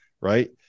right